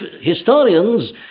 historians